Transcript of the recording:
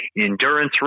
endurance